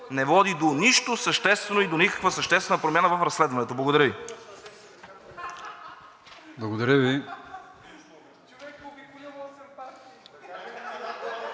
не води до нищо съществено и до никаква съществена промяна в разследването. Благодаря Ви.